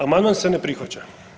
Amandman se ne prihvaća.